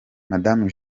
madame